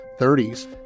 30s